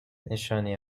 نشانی